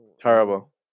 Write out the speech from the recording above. Terrible